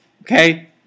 okay